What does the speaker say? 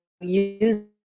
use